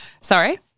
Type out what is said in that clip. Sorry